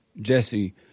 Jesse